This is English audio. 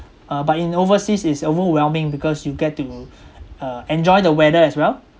uh but in overseas it's overwhelming because you get to uh enjoy the weather as well